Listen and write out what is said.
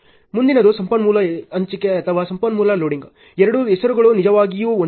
ಮುಂದಿನದು ಸಂಪನ್ಮೂಲ ಹಂಚಿಕೆ ಅಥವಾ ಸಂಪನ್ಮೂಲ ಲೋಡಿಂಗ್ ಎರಡೂ ಹೆಸರುಗಳು ನಿಜವಾಗಿಯೂ ಒಂದೇ